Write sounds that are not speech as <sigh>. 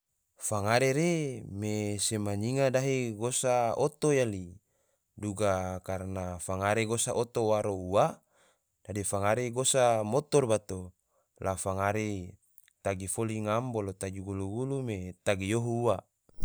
Fangare re, me sema nyinga dahe gosa oto yali, duga karna fangare gosa oto waro ua, dadi fangare gosa motor bato, la fangare tagi foli ngam, bolo tagi gulu-gulu ge tagi yohu ua, <noise>